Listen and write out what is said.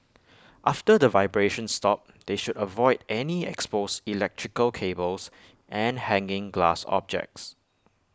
after the vibrations stop they should avoid any exposed electrical cables and hanging glass objects